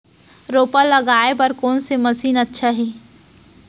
रोपा लगाय बर कोन से मशीन अच्छा हे?